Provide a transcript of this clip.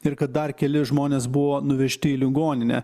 ir kad dar keli žmonės buvo nuvežti į ligoninę